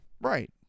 Right